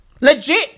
Legit